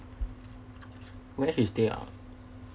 where he stay ah